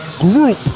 group